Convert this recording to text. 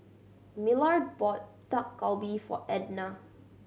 Millard bought Dak Galbi for Ednah